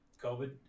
COVID